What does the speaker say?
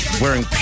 wearing